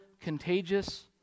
contagious